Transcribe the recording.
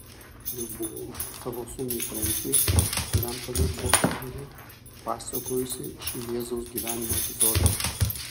jau buvau savo sūnui frensiui kuriam tuomet buvo ketveri pasakojusi šį jėzaus gyvenimo epizodą